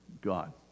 God